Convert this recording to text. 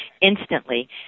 instantly